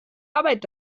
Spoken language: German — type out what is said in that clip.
arbeit